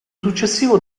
successivo